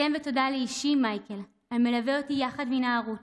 אסיים בתודה לאישי מייקל, המלווה אותי יחד מנערות,